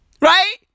right